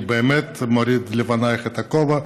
אני באמת מוריד לפנייך את הכובע,